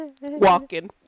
Walking